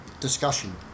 discussion